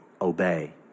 obey